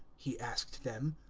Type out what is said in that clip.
he asked them.